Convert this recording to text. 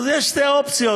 אז יש שתי אופציות.